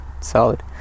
Solid